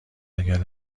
اگر